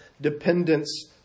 dependence